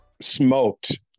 smoked